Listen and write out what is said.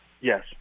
Yes